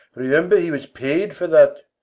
remember he was paid for that.